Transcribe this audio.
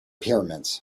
pyramids